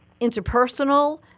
interpersonal